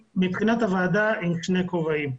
מבחינת הוועדה אני בעצם עם שני כובעים.